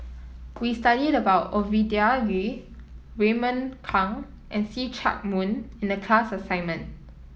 we studied about Ovidia Yu Raymond Kang and See Chak Mun in the class assignment